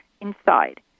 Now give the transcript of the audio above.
inside